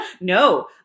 No